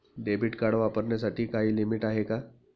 Debit card वापरण्यासाठी काही limit आहे का?